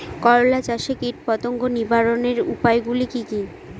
করলা চাষে কীটপতঙ্গ নিবারণের উপায়গুলি কি কী?